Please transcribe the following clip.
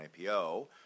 IPO